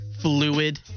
fluid